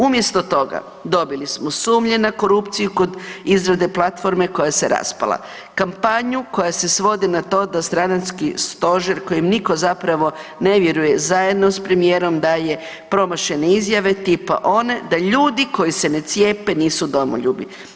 Umjesto toga dobili smo sumnje na korupciju kod izrade platforme koja se raspala, kampanju koja se svodi na to stranački stožer kojim nikom zapravo ne vjeruje zajedno sa premijerom daje promašene izjave tipa one da ljudi koji se ne cijepe, nisu domoljubi.